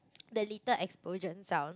the little explosion sound